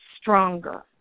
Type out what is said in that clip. stronger